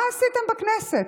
מה עשיתם בכנסת,